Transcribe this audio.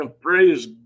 Praise